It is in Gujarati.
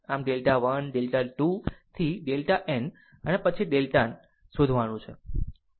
આમ ડેલ્ટા 1 ડેલ્ટા 2 થી ડેલ્ટા n અને પછી ડેલ્ટાને શોધવાનું છે